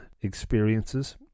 experiences